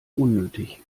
unnötig